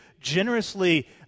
generously